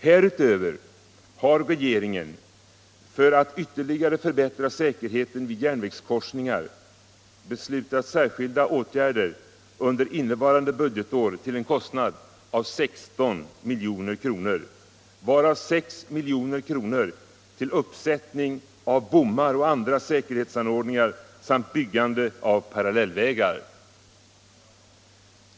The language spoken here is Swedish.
Härutöver har regeringen för att ytterligare förbättra säkerheten vid järnvägskorsningar beslutat särskilda åtgärder innevarande budgetår till en kostnad av 16 milj.kr., varav 6 milj.kr. till uppsättning av bommar och andra säkerhetsanordningar samt byggande av parallellvägar.